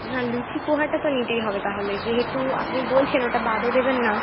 না লুচি পোহাটা তো নিতেই হবে তাহলে যেহেতু আপনি বলছেন ওটা বাদও দেবেন না